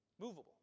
movable